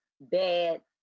bad